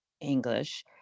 English